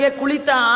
kulita